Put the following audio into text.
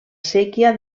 séquia